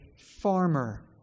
farmer